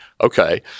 okay